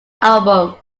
album